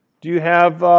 do you have